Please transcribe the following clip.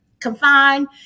confined